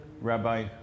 Rabbi